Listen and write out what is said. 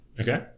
Okay